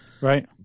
Right